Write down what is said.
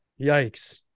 Yikes